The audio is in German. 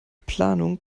planung